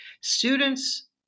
Students